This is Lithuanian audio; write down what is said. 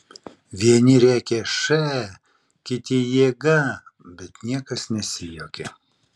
vieni rėkė š kiti jėga bet niekas nesijuokė